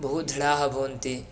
बहु धृढाः भवन्ति